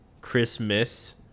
Christmas